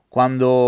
Quando